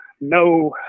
no